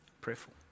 prayerful